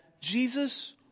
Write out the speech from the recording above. Jesus